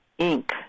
Inc